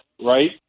right